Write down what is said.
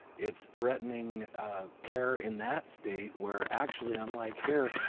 it's threatening care in that state where actually, unlike here,